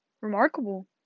remarkable